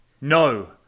No